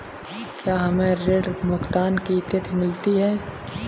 क्या हमें ऋण भुगतान की तिथि मिलती है?